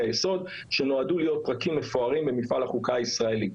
היסוד שנועדו להיות פרקים מפוארים במפעל החוקה הישראלי.